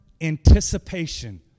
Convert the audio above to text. anticipation